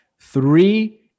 three